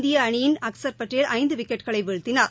இந்திய அணியின் அக்சர் படேல் ஐந்து விக்கெட்களை வீழ்த்தினார்